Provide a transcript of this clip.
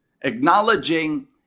Acknowledging